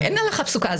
אין הלכה פסוקה.